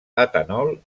etanol